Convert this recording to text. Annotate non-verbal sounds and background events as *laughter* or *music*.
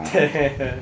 *noise*